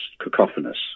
cacophonous